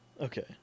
Okay